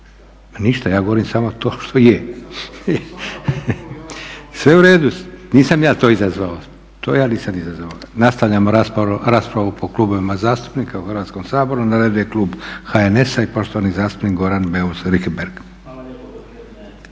Ništa, ja govorim samo to što je. Sve je u redu, nisam ja to izazvao. Nastavljamo raspravu po klubovima zastupnika u Hrvatskom saboru. Na redu je klub HNS-a i poštovani zastupnik Goran Beus Richembergh.